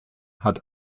hat